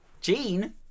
Gene